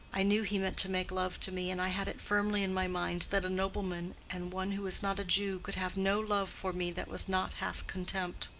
i knew he meant to make love to me, and i had it firmly in my mind that a nobleman and one who was not a jew could have no love for me that was not half contempt.